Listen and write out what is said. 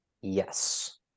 Yes